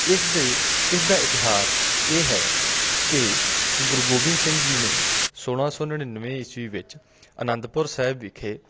ਇਸ ਦੇ ਇਸ ਦਾ ਇਤਿਹਾਸ ਇਹ ਹੈ ਕਿ ਗੁਰੂ ਗੋਬਿੰਦ ਸਿੰਘ ਜੀ ਨੇ ਸੋਲਾਂ ਸੌ ਨੜਿੱਨਵੇ ਈਸਵੀ ਵਿੱਚ ਅਨੰਦਪੁਰ ਸਾਹਿਬ ਵਿਖੇ